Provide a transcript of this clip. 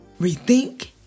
Rethink